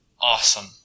awesome